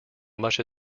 much